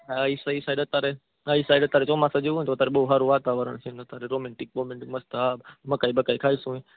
હા એ સાઈ એ સાઈડ અત્યારે હા એ સાઈડ અત્યારે ચોમાસા જેવું હોયને તો અત્યારે બહુ સારું વાતાવરણ છે ને અતારે રોમેન્ટિક બોમેન્ટિક મસ્ત હા મકાઈ બકાઈ ખાઈશું